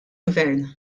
gvern